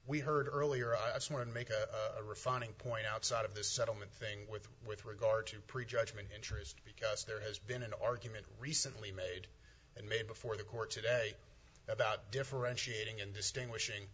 we heard earlier i someone make a refining point outside of this settlement thing with with regard to prejudgment interest because there has been an argument recently made and made before the court today about differentiating in distinguishing